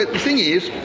thing is,